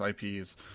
ips